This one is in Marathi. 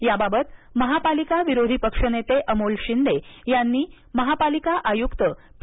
याबाबत महापालिका विरोधी पक्षनेते अमोल शिंदे यांनी महापालिका आयुक्त पी